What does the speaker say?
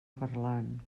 parlant